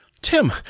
Tim